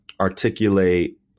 articulate